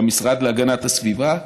למשרד להגנת הסביבה,